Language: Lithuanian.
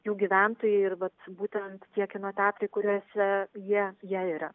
jų gyventojai ir vat būtent tie kino teatrai kuriuose jie jie yra